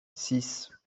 six